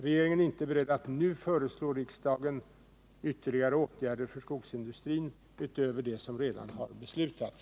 Regeringen är inte beredd att nu föreslå riksdagen ytterligare åtgärder för skogsindustrin utöver dem som redan har beslutats.